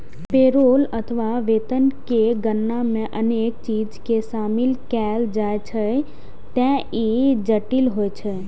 payroll अथवा वेतन के गणना मे अनेक चीज कें शामिल कैल जाइ छैं, ते ई जटिल होइ छै